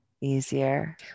Easier